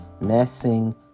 Messing